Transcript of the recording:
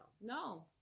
no